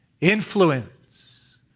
influence